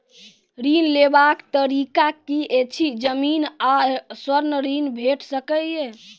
ऋण लेवाक तरीका की ऐछि? जमीन आ स्वर्ण ऋण भेट सकै ये?